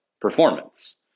performance